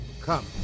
come